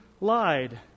lied